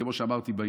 כמו שאמרתי.